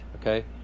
Okay